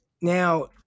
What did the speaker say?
now